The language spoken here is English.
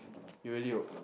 you really